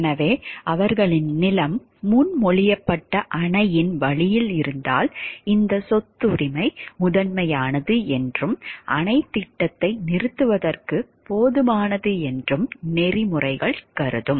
எனவே அவர்களின் நிலம் முன்மொழியப்பட்ட அணையின் வழியில் இருந்தால் இந்தச் சொத்துரிமை முதன்மையானது என்றும் அணைத் திட்டத்தை நிறுத்துவதற்குப் போதுமானது என்றும் நெறிமுறைகள் கருதும்